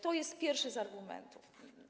To jest pierwszy z argumentów.